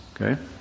Okay